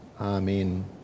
Amen